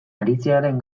aritzearen